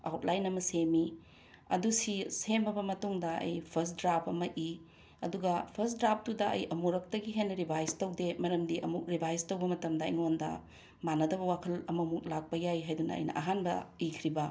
outline ꯑꯃ ꯁꯦꯝꯃꯤ ꯑꯗꯨ ꯁꯤ ꯁꯦꯝꯃꯕ ꯃꯇꯨꯡꯗ ꯑꯩ ꯐꯥꯔ꯭ꯁꯠ ꯗ꯭ꯔꯥꯐ ꯑꯃ ꯏ ꯑꯗꯨꯒ ꯐꯥꯔ꯭ꯁꯠ ꯗ꯭ꯔꯥꯐꯇꯨꯗ ꯑꯩ ꯑꯃꯨꯔꯛꯇꯒꯤ ꯍꯦꯟꯅ ꯔꯤꯚꯥꯏ꯭ꯁ ꯇꯧꯗꯦ ꯃꯔꯝꯗꯤ ꯑꯃꯨꯛ ꯔꯤꯚꯥꯏ꯭ꯁ ꯇꯧꯕ ꯃꯇꯝꯗ ꯑꯥꯉꯣꯟꯗ ꯃꯥꯟꯅꯗꯕ ꯋꯥꯈꯜ ꯑꯃꯃꯨꯛ ꯂꯥꯛꯄ ꯌꯥꯏ ꯍꯥꯏꯗꯨꯅ ꯑꯩꯅ ꯑꯍꯥꯟꯕ ꯏꯈ꯭ꯔꯤꯕ